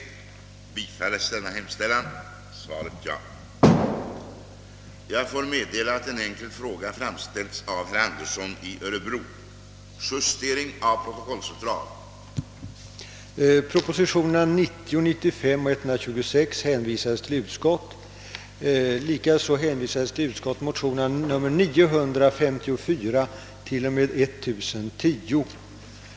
Ifrågavarande utlåtanden och betänkande redovisas efter återgivandet av överläggningen i ärendet.